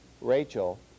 Rachel